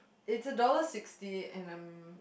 it's a dollar sixty and I'm